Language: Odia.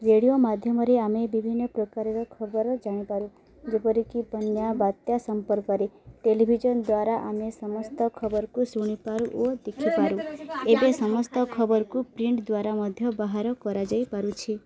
ରେଡ଼ିଓ ମାଧ୍ୟମରେ ଆମେ ବିଭିନ୍ନ ପ୍ରକାରର ଖବର ଜାଣିପାରୁ ଯେପରିକି ବନ୍ୟା ବାତ୍ୟା ସମ୍ପର୍କରେ ଟେଲିଭିଜନ୍ ଦ୍ୱାରା ଆମେ ସମସ୍ତ ଖବରକୁ ଶୁଣିପାରୁ ଓ ଦେଖିପାରୁ ଏବେ ସମସ୍ତ ଖବରକୁ ପ୍ରିଣ୍ଟ୍ ଦ୍ୱାରା ମଧ୍ୟ ବାହାର କରାଯାଇପାରୁଛି